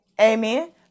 Amen